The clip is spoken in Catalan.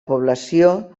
població